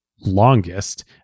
longest